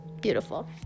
beautiful